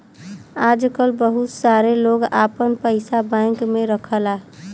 आजकल बहुत सारे लोग आपन पइसा बैंक में रखला